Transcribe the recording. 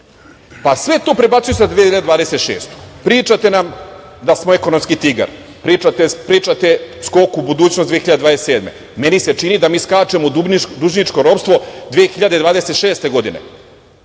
pa sve to prebacujete na 2026. godinu. Pričate nam da smo ekonomski tigar. Pričate – Skok u budućnost 2027. godine, meni se čini da mi skačemo u dužničko ropstvo 2026. godine.